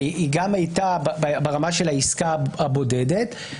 היא גם הייתה ברמה של העסקה הבודדת.